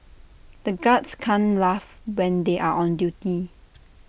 the guards can't laugh when they are on duty